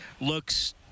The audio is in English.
Looks